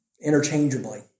interchangeably